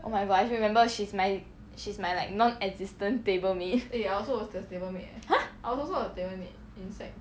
oh my god I still remember she's my she's my like non existent table mate